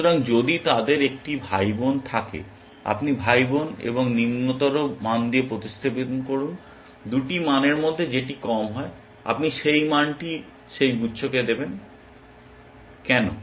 সুতরাং যদি তাদের একটি ভাইবোন থাকে আপনি ভাইবোন এবং নিম্নতর মান দিয়ে প্রতিস্থাপন করুন 2টি মানের মধ্যে যেটি কম হয় আপনি সেই মানটি সেই গুচ্ছকে দেবেন কেন